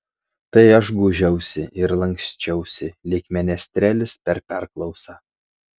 tai aš gūžiausi ir lanksčiausi lyg menestrelis per perklausą